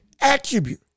attribute